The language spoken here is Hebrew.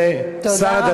זה שר הדתות בפועל.